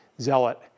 zealot